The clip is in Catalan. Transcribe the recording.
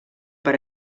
per